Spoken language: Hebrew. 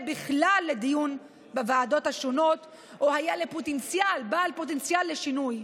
בכלל לדיון בוועדות השונות או היה בעל פוטנציאל לשינוי,